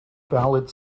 valid